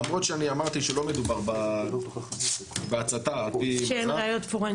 למרות שאמרתי שלא מדובר בהצתה על פי מז"פ,